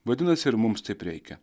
vadinasi ir mums taip reikia